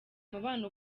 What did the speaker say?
umubano